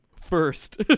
first